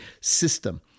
system